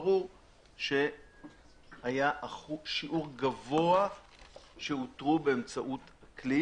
ברור שהיה שיעור גבוה שאותרו באמצעות הכלי